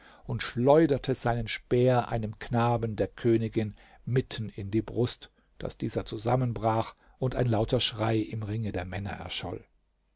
und schleuderte seinen speer einem knaben der königin mitten in die brust daß dieser zusammenbrach und ein lauter schrei im ringe der männer erscholl